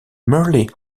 merely